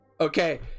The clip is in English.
Okay